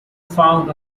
found